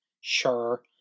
Sure